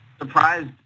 surprised